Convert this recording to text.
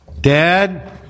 Dad